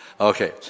Okay